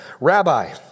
Rabbi